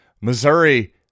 Missouri